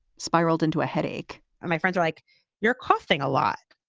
spiraled into a headache my friends like your coughing a lot.